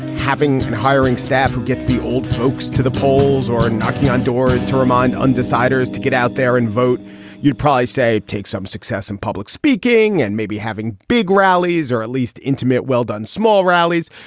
having and hiring staff, who gets the old folks to the polls or knocking on doors to remind undecideds to get out there and vote you'd probably say take some success in public speaking and maybe having big rallies or at least intimate, well-done small rallies.